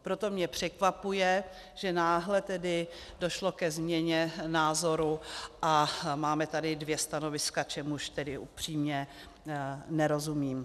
Proto mě překvapuje, že náhle tedy došlo ke změně názoru a máme tady dvě stanoviska, čemuž tedy upřímně nerozumím.